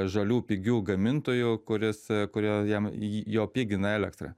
žalių pigių gamintojų kuris kurie jam jo pigina elektrą